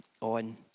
on